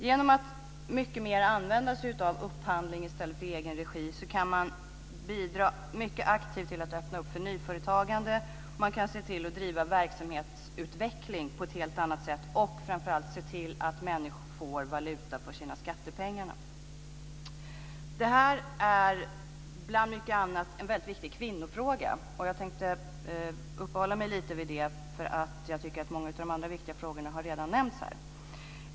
Genom att mer använda sig av upphandling i stället för egen regi kan man mycket aktivt bidra till att öppna upp för nyföretagande. Man kan se till att driva verksamhetsutvecklingen på ett helt annat sätt och framför allt se till att människor får valuta för sina skattepengar. Det här är bland mycket annat en viktig kvinnofråga. Jag tänkte uppehålla mig lite vid det, för jag tycker att många av de andra viktiga frågorna redan har nämnts här.